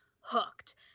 hooked